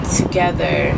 together